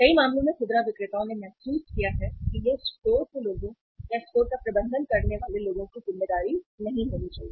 कई मामलों में खुदरा विक्रेताओं ने महसूस किया है कि यह स्टोर के लोगों या स्टोर का प्रबंधन करने वाले लोगों की जिम्मेदारी नहीं होनी चाहिए